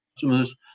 customers